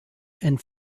and